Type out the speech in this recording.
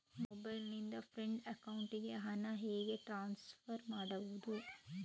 Mobile ನಿಂದ friend ಅಕೌಂಟಿಗೆ ಹಣ ಹೇಗೆ ಟ್ರಾನ್ಸ್ಫರ್ ಮಾಡುವುದು?